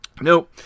No